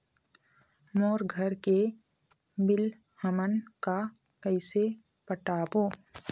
मोर घर के बिल हमन का कइसे पटाबो?